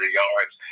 yards